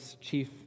chief